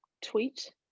tweet